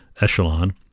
echelon